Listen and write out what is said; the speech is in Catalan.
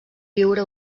viure